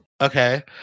Okay